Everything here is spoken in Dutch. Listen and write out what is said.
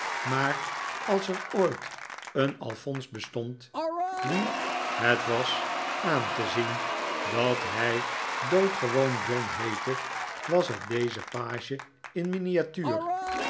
maar als er ooit een alphonse bestond wien het was aan te zien dat hij doodgewoon john heette was het deze page in miniatuur